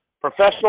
professional